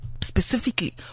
Specifically